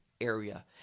area